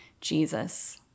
Jesus